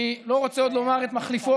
אני עוד לא רוצה לומר על מחליפו,